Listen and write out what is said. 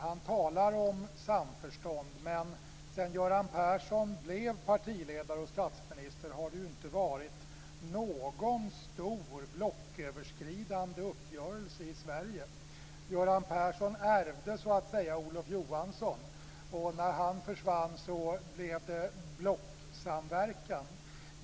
Han talar om samförstånd, men sedan Göran Persson blev partiledare och statsminister har det inte varit någon stor blocköverskridande uppgörelse i Sverige. Göran Persson ärvde, så att säga, Olof Johansson. När han försvann blev det blocksamverkan.